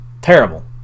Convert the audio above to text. Terrible